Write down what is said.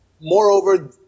moreover